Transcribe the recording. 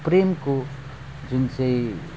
प्रेमको जुन चाहिँ